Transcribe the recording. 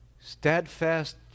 Steadfast